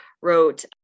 wrote